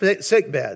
sickbed